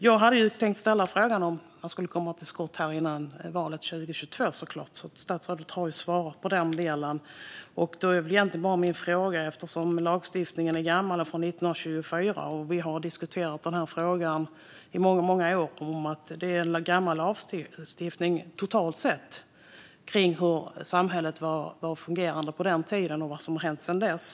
Jag hade tänkt ställa frågan om regeringen skulle komma till skott innan valet 2022. Statsrådet har redan svarat. Lagstiftningen är från 1924, och vi har i många år diskuterat en totalt sett gammal lagstiftning, hur samhället fungerade på den tiden och vad som har hänt sedan dess.